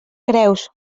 creus